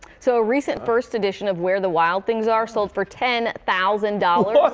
so recently first edition of where the wild things are sold for ten thousand dollars. what!